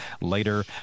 later